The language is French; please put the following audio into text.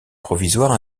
provisoire